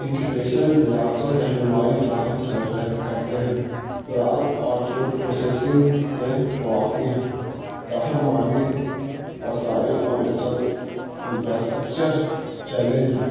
انکپیشن مرااکت رہنمائی فراہم کر رہ کرتے ہیں زراعت اور فوڈ پروسیسنگ میں مواقع ہیں تاہم مالی وسائل اور انٹر انفراسٹکچر چیلنج ہیں